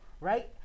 right